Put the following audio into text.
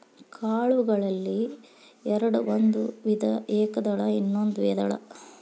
ಕಾಳುಗಳಲ್ಲಿ ಎರ್ಡ್ ಒಂದು ವಿಧ ಏಕದಳ ಇನ್ನೊಂದು ದ್ವೇದಳ